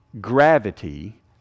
gravity